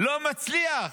לא מצליח.